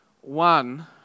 one